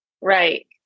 Right